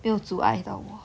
没有阻碍到